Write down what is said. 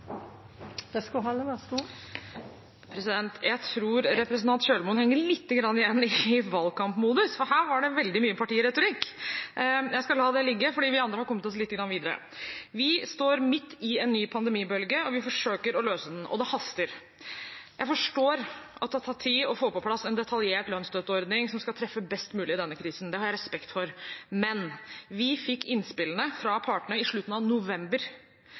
Jeg tror representant Kjølmoen henger lite grann igjen i valgkampmodus, for her var det veldig mye partiretorikk. Jeg skal la det ligge, for vi andre har kommet oss lite grann videre. Vi står midt i en ny pandemibølge, og vi forsøker å løse den – og det haster. Jeg forstår at det har tatt tid å få på plass en detaljert lønnsstøtteordning som skal treffe best mulig i denne krisen. Det har jeg respekt for. Men vi fikk innspillene fra partene i slutten av november.